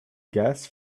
gas